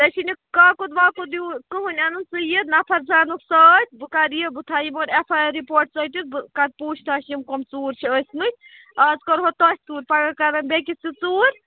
ژےٚ چھُنہٕ کاکُد واکُد یور کِہیٖنٛۍ اَنُن ژٕ یہِ نَفر زٕ اَنُکھ سۭتۍ بہٕ کَرٕ یہِ بہٕ تھاوٕ یِمن ایف آے آر رِپوٹ ژٔٹِتھ بہٕ کَرٕ پوٗچھ تاج یِم کوٚم ژوٗر چھِ ٲسۍمٕتۍ اَز کوٚرہو تۅہہِ ژوٗر پَگاہ کَرن بیٚیِس تہِ ژوٗر